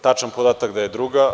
Tačan je podatak da je druga.